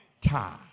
time